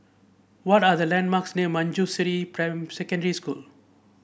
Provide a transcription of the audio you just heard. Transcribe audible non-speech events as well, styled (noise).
what are the landmarks near Manjusri (unintelligible) Secondary School